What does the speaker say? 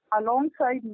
alongside